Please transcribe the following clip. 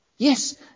Yes